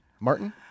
Martin